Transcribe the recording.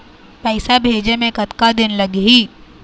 पैसा भेजे मे कतका दिन लगही?